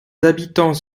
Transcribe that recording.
habitants